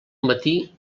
matí